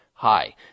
Hi